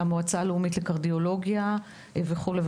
המועצה הלאומית לקרדיולוגיה וכו'.